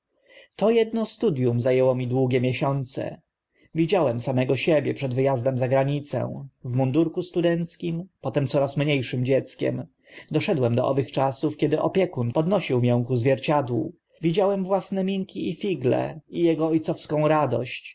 to edno studium za ęło mi długie miesiące widziałem samego siebie przed wy azdem za granicę w mundurku studenckim potem coraz mnie szym dzieckiem doszedłem do owych czasów kiedy zwierciedle dziś popr forma msc lp zwierciadle obecność tu teraźnie szość rozgorączkowywa dziś popr rozgorączkowu e najprzód dziś popr naprzód na pierw zwierciadlana zagadka opiekun podnosił mię ku zwierciadłu widziałem własne minki i figle i ego o cowską radość